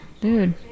dude